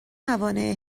موانع